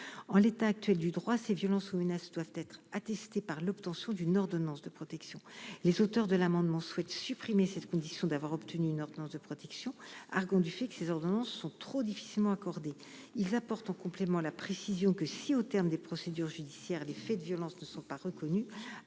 en l'état actuel du droit, ces violences ou une doivent être attestée par l'obtention d'une ordonnance de protection, les auteurs de l'amendement souhaite supprimer cette condition d'avoir obtenu une ordonnance de protection, arguant du fait que ces ordonnances sont trop difficilement accordés, ils apportent en complément, la précision que si, au terme des procédures judiciaires, des faits de violence ne sont pas reconnus